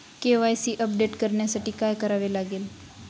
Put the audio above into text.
KYC update करण्यासाठी काय करावे लागेल?